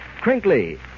crinkly